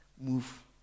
move